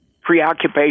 preoccupation